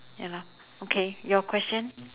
ya lah okay your question